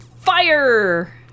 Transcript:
fire